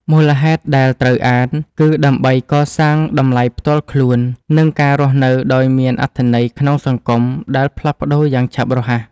មូលហេតុដែលត្រូវអាន គឺដើម្បីកសាងតម្លៃផ្ទាល់ខ្លួន និងការរស់នៅដោយមានអត្ថន័យក្នុងសង្គមដែលផ្លាស់ប្តូរយ៉ាងឆាប់រហ័ស។